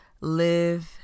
live